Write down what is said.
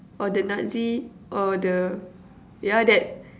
or the Nazi or the ya that